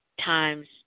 times